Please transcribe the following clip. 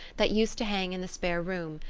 that used to hang in the spare room,